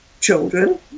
children